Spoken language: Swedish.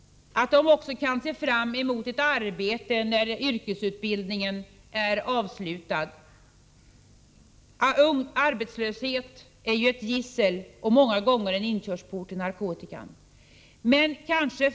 De måste också kunna se fram emot ett arbete när yrkesutbildningen är avslutad. Arbetslöshet är ett gissel och många gånger inkörsport till narkotikan.